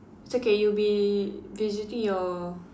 it's okay you'll be visiting your